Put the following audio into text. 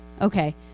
Okay